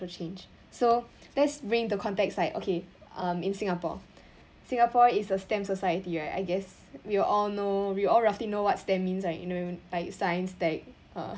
change so let's bring in the context like okay um in singapore singapore is a STEM society right I guess we all know we all roughly know what STEM means right you know like science tech uh